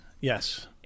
yes